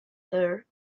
her